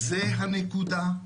זאת הנקודה,